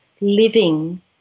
living